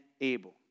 able